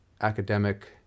academic